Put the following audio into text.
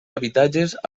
habitatges